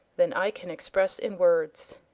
than i can express in words.